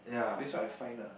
that's what I find lah